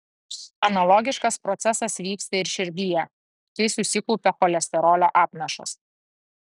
analogiškas procesas vyksta ir širdyje kai susikaupia cholesterolio apnašos